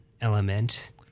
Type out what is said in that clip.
element